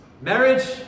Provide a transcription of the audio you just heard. marriage